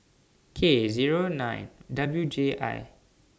K Zero nine W J I